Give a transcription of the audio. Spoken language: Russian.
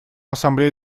ассамблея